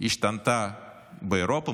השתנתה באירופה.